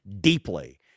deeply